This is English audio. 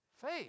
faith